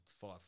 Five